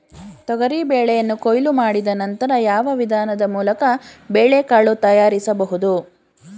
ತೊಗರಿ ಬೇಳೆಯನ್ನು ಕೊಯ್ಲು ಮಾಡಿದ ನಂತರ ಯಾವ ವಿಧಾನದ ಮೂಲಕ ಬೇಳೆಕಾಳು ತಯಾರಿಸಬಹುದು?